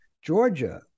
Georgia